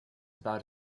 about